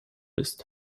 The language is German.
ist